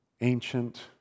ancient